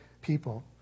people